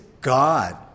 God